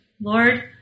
Lord